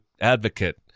advocate